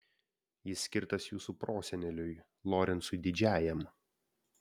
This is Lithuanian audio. jis skirtas jūsų proseneliui lorencui didžiajam